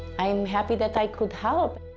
i am happy that i could help.